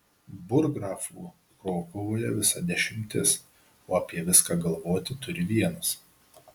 burggrafų krokuvoje visa dešimtis o apie viską galvoti turi vienas